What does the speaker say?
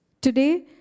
today